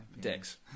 dicks